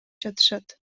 жатышат